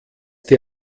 die